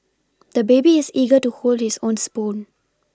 the baby is eager to hold his own spoon